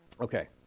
Okay